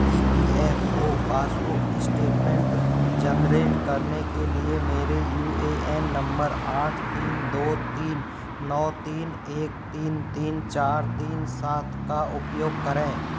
ई P F O passbook statement generate करने के लिए मेरे यू ए एन नंबर आठ तीन दो तीन नौ तीन एक तीन तीन चार तीन सात का उपयोग करें